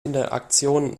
interaktion